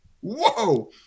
whoa